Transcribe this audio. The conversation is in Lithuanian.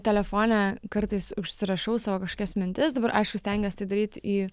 telefone kartais užsirašau savo kažkokias mintis dabar aišku stengiuos tai daryt į